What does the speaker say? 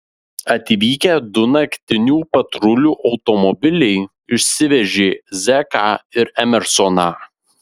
atvykę du naktinių patrulių automobiliai išsivežė zeką ir emersoną